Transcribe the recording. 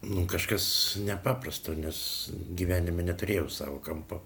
nu kažkas nepaprasto nes gyvenime neturėjau savo kampo